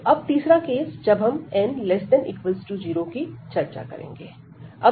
तो अब तीसरा केस जब हम n≤0 की चर्चा करेंगे